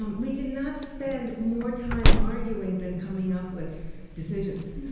um we did not spend more time arguing than coming up with decisions.